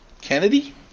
Kennedy